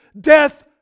death